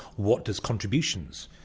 what does! contributions!